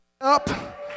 up